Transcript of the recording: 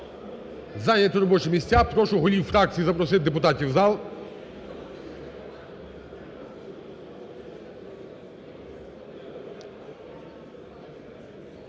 зайняти робочі місця, прошу голів фракцій запросити депутатів в зал